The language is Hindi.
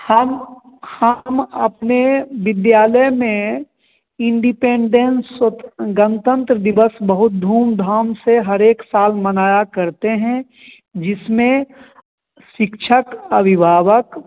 हम हम अपने विद्यालय में इंडिपेंडेंस सोप गणतंत्र दिवस बहुत धूम धाम से हर एक साल मनाया करते हैं जिसमें शिक्षक अविभावक